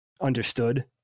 understood